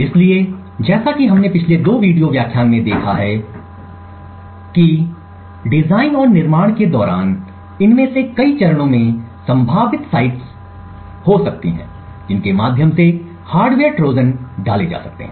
इसलिए जैसा कि हमने पिछले दो वीडियो व्याख्यान में देखा है कि डिजाइन और निर्माण के दौरान इनमें से कई चरणों में संभावित साइटें हो सकती हैं जिनके माध्यम से हार्डवेयर ट्रोजन डाले जा सकते हैं